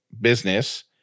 business